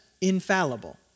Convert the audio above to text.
infallible